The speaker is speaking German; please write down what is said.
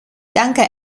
danke